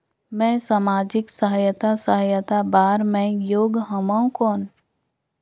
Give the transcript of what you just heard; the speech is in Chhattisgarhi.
मैं समाजिक सहायता सहायता बार मैं योग हवं कौन?